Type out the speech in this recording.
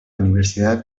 universidad